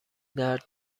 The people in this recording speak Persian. درد